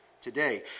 today